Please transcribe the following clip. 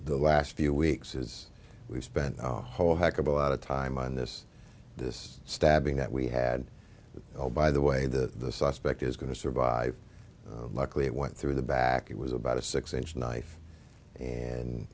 the last few weeks is we've spent a whole heck of a lot of time on this this stabbing that we had all by the way the suspect is going to survive luckily it went through the back it was about a six inch knife and